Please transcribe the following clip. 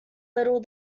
little